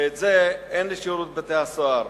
ואת זה אין לשירות בתי-הסוהר.